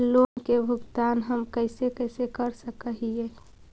Loan के भुगतान हम कैसे कैसे कर सक हिय?